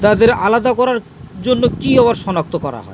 তাদের আলাদা করার জন্য কী আবার শনাক্ত করা হয়